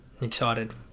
excited